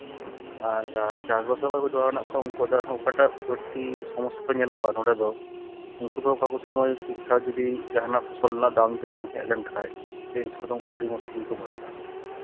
ᱟᱨ ᱪᱟᱥᱼᱵᱟᱥ ᱥᱟᱶ ᱚᱠᱚᱭ ᱡᱚᱲᱟᱣ ᱢᱮᱱᱟᱜ ᱠᱚᱣᱟ ᱩᱱᱠᱩᱣᱟᱜ ᱫᱚ ᱟᱨᱦᱚᱸ ᱚᱠᱟᱴᱟᱜ ᱵᱟᱹᱲᱛᱤ ᱥᱚᱢᱚᱥᱥᱟ ᱫᱚ ᱧᱮᱞᱚᱜᱼᱟ ᱱᱚᱸᱰᱮ ᱫᱚ ᱩᱱᱠᱩ ᱫᱚ ᱚᱠᱟ ᱠᱚ ᱥᱚᱢᱚᱭ ᱴᱷᱤᱠ ᱴᱷᱟᱠ ᱡᱩᱫᱤ ᱡᱟᱦᱟᱱᱟᱜ ᱯᱷᱚᱥᱚᱞ ᱨᱮᱱᱟᱜ ᱫᱟᱢ ᱡᱩᱫᱤ ᱵᱟᱝ ᱦᱮᱡ ᱞᱮᱱᱠᱷᱟᱱ ᱩᱱ ᱥᱚᱢᱚᱭ ᱩᱱᱠᱩ ᱫᱚ ᱟᱹᱰᱤ ᱢᱩᱥᱠᱤᱞ ᱨᱮᱠᱚ ᱯᱟᱲᱟᱜᱼᱟ